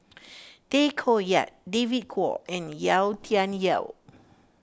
Tay Koh Yat David Kwo and Yau Tian Yau